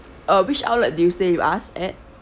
uh which outlet do you stay with us at